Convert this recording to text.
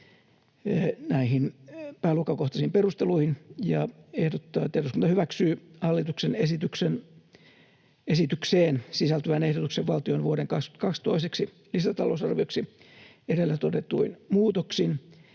näihin pääluokkakohtaisiin perusteluihin ja ehdottaa, että eduskunta hyväksyy hallituksen esitykseen sisältyvän ehdotuksen valtion vuoden 22 toiseksi lisätalousarvioksi edellä todetuin muutoksin